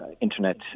Internet